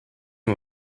him